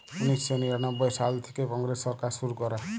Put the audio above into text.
উনিশ শ নিরানব্বই সাল থ্যাইকে কংগ্রেস সরকার শুরু ক্যরে